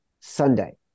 Sunday